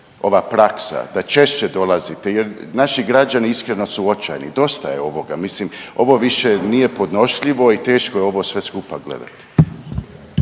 ova praksa, da češće dolazite jer naši građani iskreno su očajni, dosta je ovoga. Ovo više nije podnošljivo i teško je ovo sve skupa gledati.